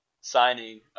signing